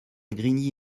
grigny